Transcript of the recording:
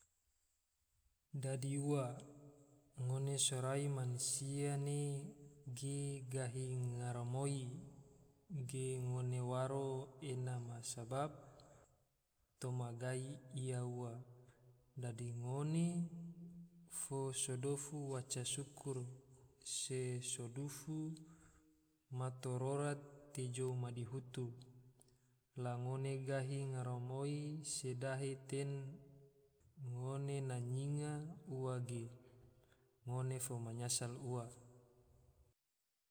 Dadi ua, ngone sorai mansia ne ge gahi garamoi ge ngone waro ena ma sabab toma gai ia ua, dadi ngone fo so dofu baca syukur, se so dofu matorora te jou madihutu, la ngone gahi garamoi se dahe te ngone na nyinga ua ge, ngone fo manyasal ua